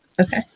Okay